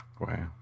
Wow